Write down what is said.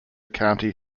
county